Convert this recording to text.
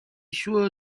sure